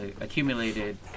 accumulated